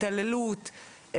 התעללות.